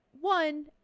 one